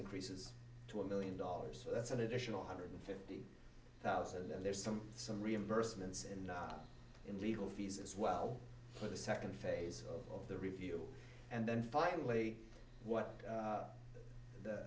increases to a million dollars so that's an additional hundred fifty thousand and there's some some reimbursements in not in legal fees as well for the second phase of the review and then finally what